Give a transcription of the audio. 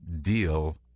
deal